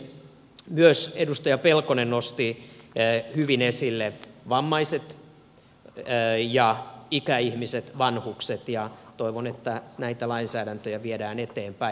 myös edustaja pelkonen nosti hyvin esille vammaiset ja ikäihmiset vanhukset ja toivon että näitä lainsäädäntöjä viedään eteenpäin